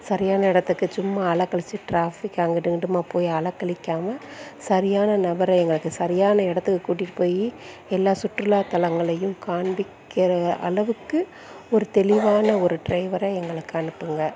சரியான இடத்துக்கு சும்மா அலைக்கழிச்சி டிராஃபிக்கு அங்கிட்டு இங்கிட்டுமா போய் அலைக்கழிக்காம சரியான நபரை எங்களுக்கு சரியான இடத்துக்கு கூட்டிகிட்டு போய் எல்லா சுற்றுலாத் தலங்களையும் காண்பிக்கிற அளவுக்கு ஒரு தெளிவான ஒரு டிரைவரை எங்களுக்கு அனுப்புங்கள்